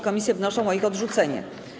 Komisje wnoszą o ich odrzucenie.